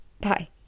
Bye